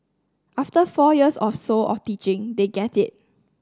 after four years or so of teaching they get it